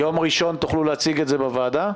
ביום ראשון תוכלו להציג את זה בוועדה?